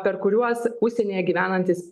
per kuriuos užsienyje gyvenantys